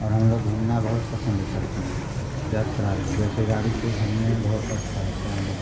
और हम लोग घूमने बहुत पसंद करते हैं यात्रा जैसे गाड़ी से घूमने में बहुत अच्छा लगता है हम लोग को